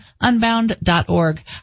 unbound.org